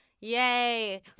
Yay